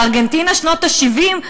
בארגנטינה של שנות ה-70?